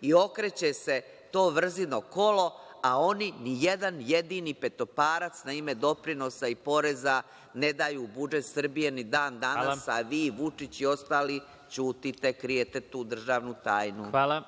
i okreće se to vrzino kolo, a oni ni jedan jedini petoparac na ime doprinosa i poreza ne daju u budžet Srbije ni dan danas, a vi, Vučić i ostali, ćutite i krijete tu državnu tajnu. **Vladimir Marinković** Hvala.